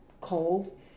cold